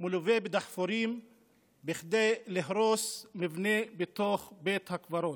מלווה בדחפורים כדי להרוס מבנה בתוך בית הקברות?